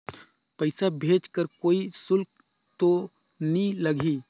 पइसा भेज कर कोई शुल्क तो नी लगही?